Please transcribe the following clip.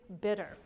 bitter